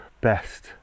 best